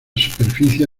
superficie